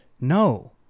No